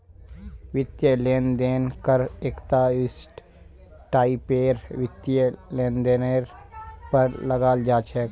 वित्तीय लेन देन कर एकता विशिष्ट टाइपेर वित्तीय लेनदेनेर पर लगाल जा छेक